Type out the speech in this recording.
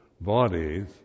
bodies